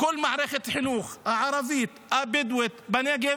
בכל מערכת החינוך הערבית הבדואית בנגב